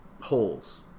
holes